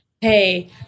Hey